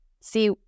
see